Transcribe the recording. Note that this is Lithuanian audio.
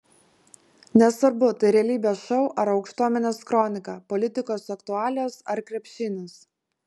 nesvarbu tai realybės šou ar aukštuomenės kronika politikos aktualijos ar krepšinis